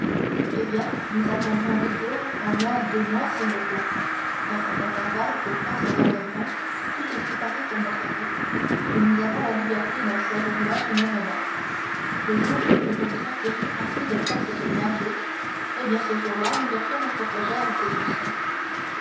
eh bien nous attendrons huit jours un mois deux mois s'il le faut dans cet intervalle vos forces reviendront tout est préparé pour notre fuite et nous avons la liberté d'en choisir l'heure et le moment le jour où vous vous sentirez assez de forces pour nager eh bien ce jour-là nous mettrons notre projet à exécution